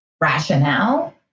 rationale